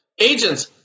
agents